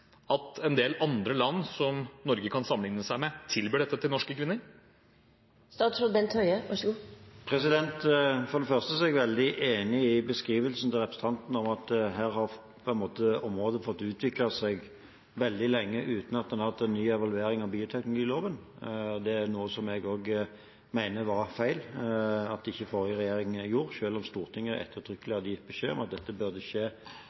at en del land som Norge kan sammenligne seg med, tilbyr dette til norske kvinner? For det første er jeg veldig enig i beskrivelsen til representanten Micaelsen av at her har området fått utviklet seg veldig lenge uten at en har fått en ny evaluering av bioteknologiloven. Det er noe som jeg også mener var feil at ikke forrige regjering gjorde, selv om Stortinget ettertrykkelig hadde gitt beskjed om at dette burde skje